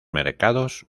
mercados